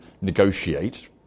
negotiate